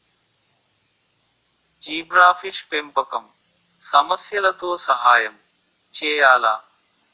Zebrafish పెంపకం సమస్యలతో సహాయం చేయాలా?